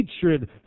hatred